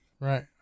Right